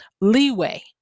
leeway